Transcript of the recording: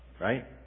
right